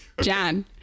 Jan